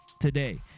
today